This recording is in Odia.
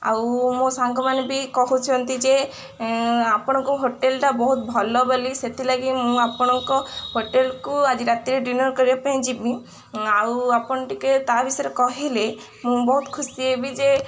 ଆଉ ମୋ ସାଙ୍ଗମାନେ ବି କହୁଛନ୍ତି ଯେ ଆପଣଙ୍କ ହୋଟେଲ୍ଟା ବହୁତ ଭଲ ବୋଲି ସେଥିଲାଗି ମୁଁ ଆପଣଙ୍କ ହୋଟେଲ୍କୁ ଆଜି ରାତିରେ ଡିନର୍ କରିବା ପାଇଁ ଯିବି ଆଉ ଆପଣ ଟିକେ ତା ବିଷୟରେ କହିଲେ ମୁଁ ବହୁତ ଖୁସି ହେବି ଯେ